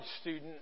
student